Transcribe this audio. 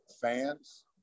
fans